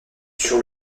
sur